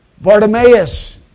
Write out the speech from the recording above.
Bartimaeus